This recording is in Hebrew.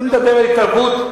אני מדבר על התערבות,